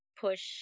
push